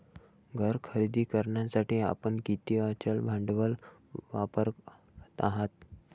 घर खरेदी करण्यासाठी आपण किती अचल भांडवल वापरत आहात?